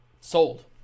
sold